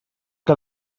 que